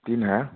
तीन है